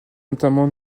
notamment